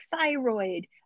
thyroid